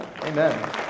Amen